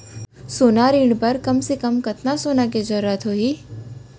सोना ऋण बर कम से कम कतना सोना के जरूरत होही??